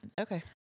Okay